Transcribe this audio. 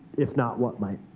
if not, what might?